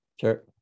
Sure